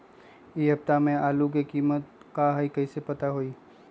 इ सप्ताह में आलू के कीमत का है कईसे पता होई?